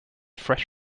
fresh